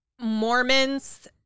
Mormons